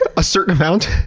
ah a certain amount.